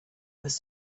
was